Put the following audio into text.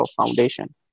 Foundation